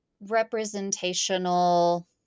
representational